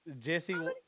Jesse